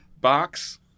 Box